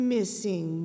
Missing